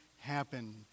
happen